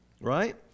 Right